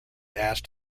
asked